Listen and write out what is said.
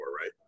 right